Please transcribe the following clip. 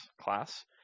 class